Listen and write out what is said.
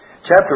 Chapter